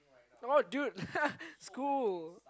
oh dude school